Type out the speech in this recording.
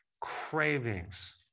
cravings